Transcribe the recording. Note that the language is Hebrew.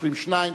מאשרים שניים,